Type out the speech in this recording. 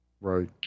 Right